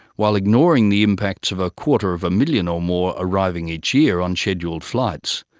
while ignoring the impacts of a quarter of a million or more arriving each year on scheduled flights,